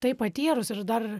tai patyrus ir dar